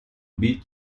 bit